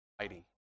mighty